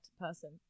person